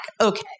okay